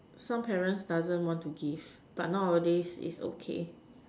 some parents doesn't want to give but nowadays it's okay